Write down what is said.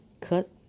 Cut